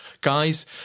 guys